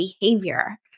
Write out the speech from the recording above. behavior